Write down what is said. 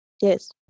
yes